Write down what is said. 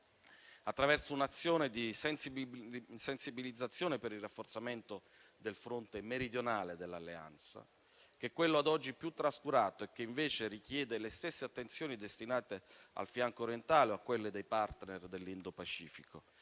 attraverso un'azione di sensibilizzazione per il rafforzamento del fronte meridionale dell'Alleanza, che è quello ad oggi più trascurato e che invece richiede le stesse attenzioni destinate al fianco orientale o a quello dei *partner* dell'Indo-Pacifico,